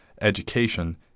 education